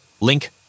link